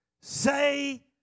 say